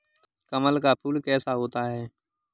कमल का फूल कैसा होता है?